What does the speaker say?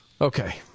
Okay